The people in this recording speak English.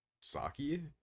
Saki